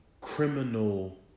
Criminal